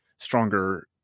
stronger